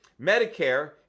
Medicare